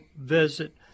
visit